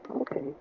okay